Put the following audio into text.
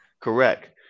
correct